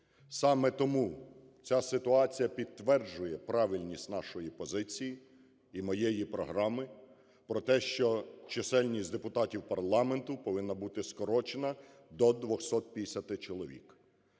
Саме тому ця ситуація підтверджує правильність нашої позиції і моєї програми про те, що чисельність депутатів парламенту повинна бути скорочена до 250 чоловік.